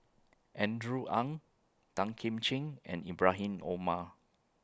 Andrew Ang Tan Kim Ching and Ibrahim Omar